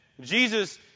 Jesus